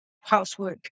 housework